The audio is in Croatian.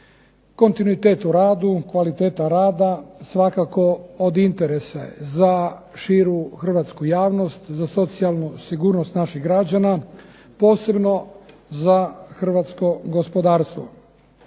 Kontinuitet u radu, kvaliteta rada svakako od interesa je za širu hrvatsku javnost, za socijalnu sigurnost naših građana, posebno za hrvatsko gospodarstvo.